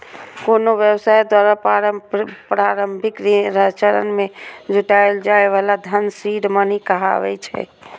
कोनो व्यवसाय द्वारा प्रारंभिक चरण मे जुटायल जाए बला धन सीड मनी कहाबै छै